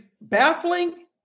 baffling